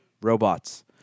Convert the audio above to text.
robots